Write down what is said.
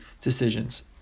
decisions